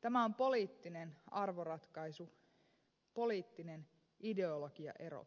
tämä on poliittinen arvoratkaisu poliittinen ideologiaero